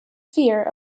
fear